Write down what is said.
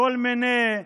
מכל מיני סיבות,